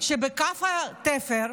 שבקו התפר,